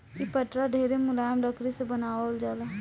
इ पटरा ढेरे मुलायम लकड़ी से बनावल जाला